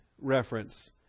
reference